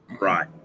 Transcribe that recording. right